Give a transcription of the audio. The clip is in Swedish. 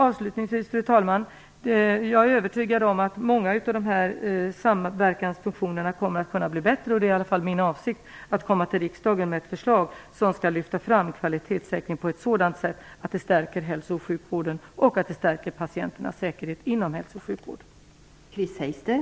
Avslutningsvis, fru talman, är jag övertygad om att många av de här samverkansfunktionerna kommer att kunna bli bättre, och det är i alla fall min avsikt att komma till riksdagen med ett förslag som skall lyfta fram kvalitetssäkring på ett sådant sätt att det stärker hälso och sjukvården och patienternas säkerhet inom hälso och sjukvården.